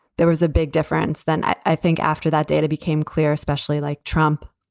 there was a big difference then. i think after that data became clear, especially like trump,